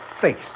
face